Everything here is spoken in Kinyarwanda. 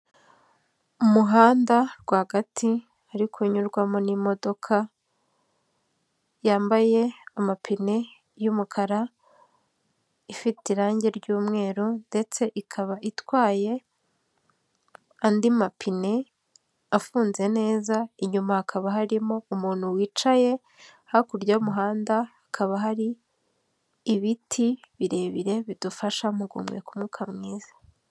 Mu muhanda rwagati hari kunyurwamo n'imodoka yambaye amapine y'umukara ifite irangi ry'umweru ndetse ikaba itwaye andi mapine afunze neza, inyuma hakaba harimo umuntu wicaye, hakurya y'umuhanda hakaba hari ibiti birebire bidufasha mu guhumeka umwuka mwiza.